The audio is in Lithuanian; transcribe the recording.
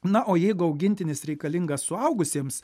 na o jeigu augintinis reikalingas suaugusiems